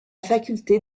faculté